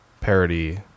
parody